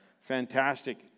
Fantastic